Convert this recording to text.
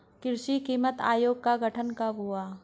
कृषि कीमत आयोग का गठन कब हुआ था?